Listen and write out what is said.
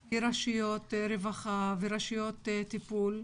גם כרשויות רווחה ורשויות טיפול,